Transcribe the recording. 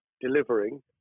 delivering